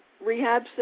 rehab